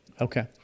Okay